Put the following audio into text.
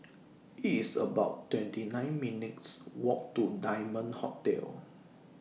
It's about twenty nine minutes' Walk to Diamond Hotel